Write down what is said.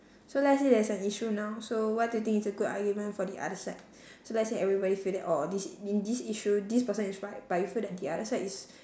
so let's say there's an issue now so what do you think is a good argument for the other side so let's say everybody feel that orh this in this issue this person is right but you feel that the other side is